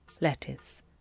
lettuce